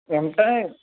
ఉంటాయి